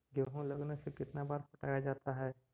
गेहूं लगने से कितना बार पटाया जाता है?